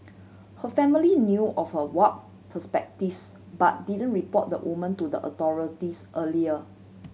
her family knew of her warp perspectives but didn't report the woman to the authorities earlier